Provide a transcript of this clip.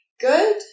good